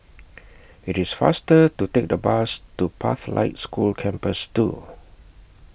IT IS faster to Take The Bus to Pathlight School Campus two